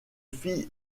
fille